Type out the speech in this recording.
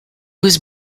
was